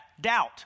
doubt